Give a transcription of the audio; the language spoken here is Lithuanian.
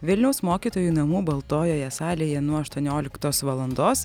vilniaus mokytojų namų baltojoje salėje nuo aštuonioliktos valandos